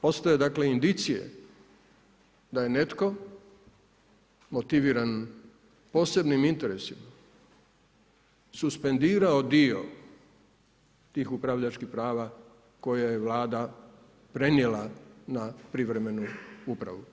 Postoje dakle indicije da je netko motiviran posebnim interesima suspendirao dio tih upravljačkih prava koje je Vlada prenijela na privremenu upravu.